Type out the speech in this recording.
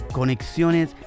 conexiones